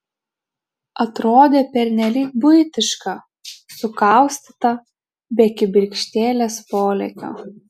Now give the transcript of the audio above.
atrodė pernelyg buitiška sukaustyta be kibirkštėlės polėkio